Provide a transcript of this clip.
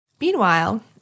Meanwhile